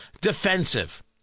defensive